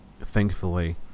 thankfully